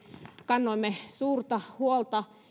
kannoimme suurta huolta